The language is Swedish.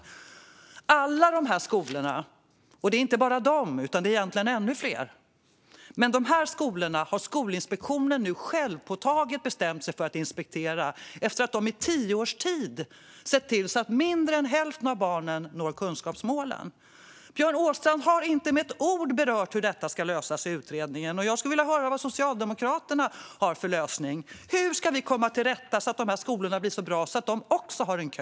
Alla dessa skolor - och det är inte bara de utan egentligen ännu fler - har Skolinspektionen nu självpåtaget bestämt sig för att inspektera efter att de i tio års tid ställt till så att mindre än hälften av barnen når kunskapsmålen. Björn Åstrand har inte med ett ord berört hur detta ska lösas i utredningen. Jag skulle vilja höra vad Socialdemokraterna har för lösning. Hur ska vi komma till rätta med de här skolorna så att de blir så bra att de också har kö?